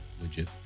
legit